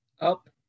up